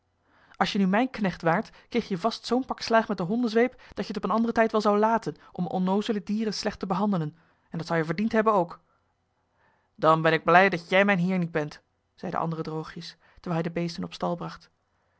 als je nu mijn knecht waart kreeg je vast zoo'n pak slaag met de hondenzweep dat je het op een anderen tijd wel zoudt laten om onnoozele dieren slecht te behandelen en dat zou je verdiend hebben ook dan ben ik blij dat jij mijn heer niet bent zei de andere droogjes terwijl hij de beesten op stal bracht